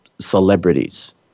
celebrities